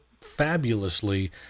fabulously